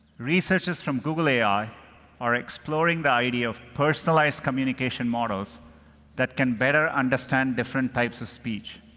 researchers from google ai are exploring the idea of personalized communication models that can better understand different types of speech,